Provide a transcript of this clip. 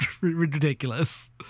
ridiculous